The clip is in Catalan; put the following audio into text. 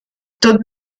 tot